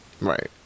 Right